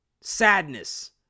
sadness